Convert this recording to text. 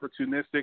opportunistic